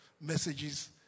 messages